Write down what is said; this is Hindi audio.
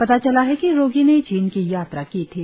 पता चला है कि रोगी ने चीन की यात्रा की थी